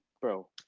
bro